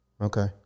Okay